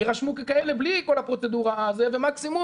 יירשמו ככאלה בלי כל הפרוצדורה ומקסימום